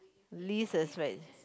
leaves that's right